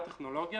טכנולוגיה,